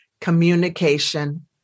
communication